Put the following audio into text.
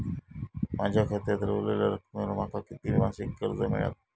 माझ्या खात्यात रव्हलेल्या रकमेवर माका किती मासिक कर्ज मिळात?